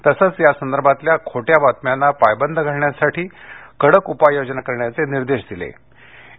तसंच यासंदर्भातल्या खोट्या बातम्यांना पायबंद घालण्यासाठी कडक उपाययोजना करण्याचे निर्देश दिले आहेत